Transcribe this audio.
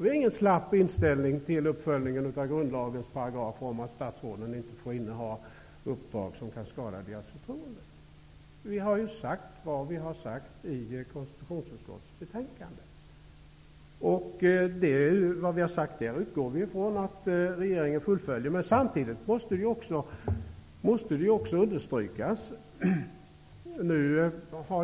Vi har ingen slapp inställning till uppföljning av grundlagens paragrafer om att statsråden inte får inneha uppdrag som kan skada deras förtroende. Vad vi har sagt återfinns i konstitutionsutskottets betänkande. Vi utgår från att regeringen fullföljer det som står